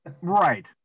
Right